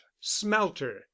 smelter